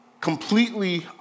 completely